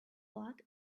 blood